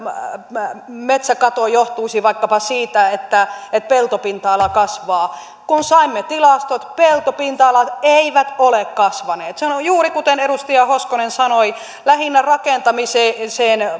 metsäkato johtuisi vaikkapa siitä että että peltopinta ala kasvaa kun saimme tilastot peltopinta alat eivät ole kasvaneet se on juuri kuten edustaja hoskonen sanoi lähinnä rakentamiseen